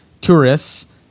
tourists